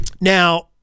Now